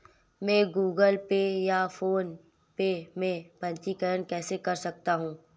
मैं Google Pay या PhonePe में पंजीकरण कैसे कर सकता हूँ?